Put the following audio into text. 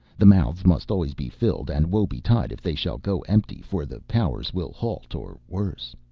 the mouths must always be filled and woebetide if they shall go empty for the powers will halt or worse.